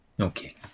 Okay